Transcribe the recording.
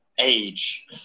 age